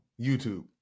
YouTube